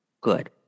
Good